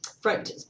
front